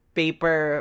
paper